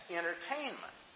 entertainment